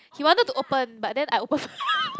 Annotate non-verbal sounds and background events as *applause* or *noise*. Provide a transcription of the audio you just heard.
he wanted to open but then I open *noise*